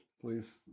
please